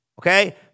Okay